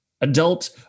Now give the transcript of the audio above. adult